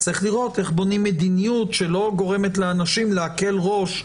צריך לראות איך בונים מדיניות שלא גורמת לאנשים להקל ראש,